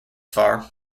far